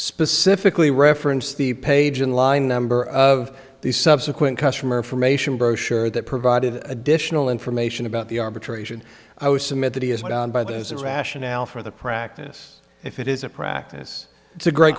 specifically referenced the page and line number of the subsequent customer information brochure that provided additional information about the arbitration i would submit that he is what on by the innocence rationale for the practice if it is a practice it's a great